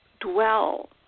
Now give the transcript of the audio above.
dwell